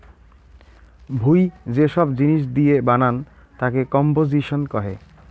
ভুঁই যে সব জিনিস দিয়ে বানান তাকে কম্পোসিশন কহে